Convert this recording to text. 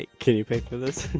can you pay for this?